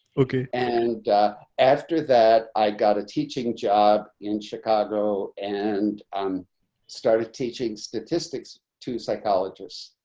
okay. and after that i got a teaching job in chicago and um started teaching statistics to psychologists.